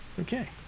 Okay